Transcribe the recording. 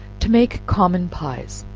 to make common pies.